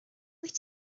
wyt